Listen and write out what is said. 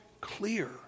clear